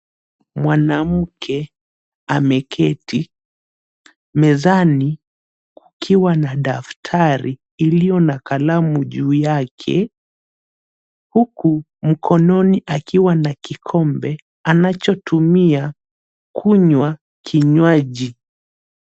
Mwanamke ameketi mezani kukiwa na daftari iliyo na kalamu juu yake huku mkononi akiwa na kikombe anachotumia kunywa kinywaji.